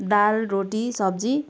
दाल रोटी सब्जी